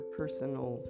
personal